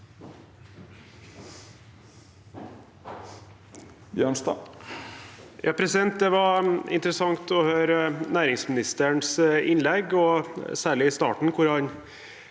Det var interes- sant å høre næringsministerens innlegg, og særlig i starten, hvor han